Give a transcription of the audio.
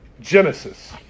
Genesis